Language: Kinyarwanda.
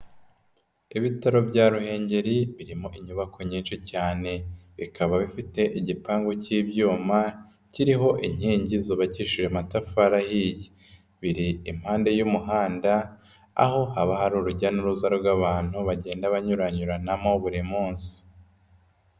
Ibitaro bya Ruhengeri birimo inyubako nyinshi cyane, bikaba bifite igipangu cy'ibyuma kiriho inkingi zubabakishije amatafari ahiye, biri impande y'umuhanda aho haba hari urujya n'uruza rw'abantu bagenda banyuranyuranamo buri munsi.